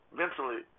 mentally